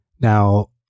Now